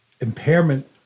impairment